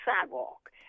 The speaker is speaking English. sidewalk